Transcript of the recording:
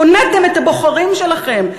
הוניתם את הבוחרים שלכם,